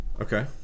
Okay